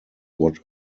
what